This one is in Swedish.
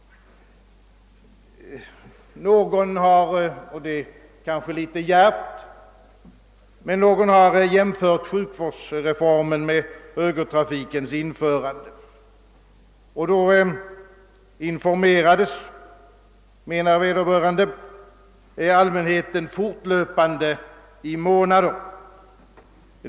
Någon har — det är kanske litet djärvt — jämfört sjukvårdsreformen med högertrafikens införande. Då informerades allmänheten, framhåller vederbörande, fortlöpande i månader.